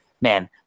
man